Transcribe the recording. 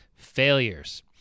Failures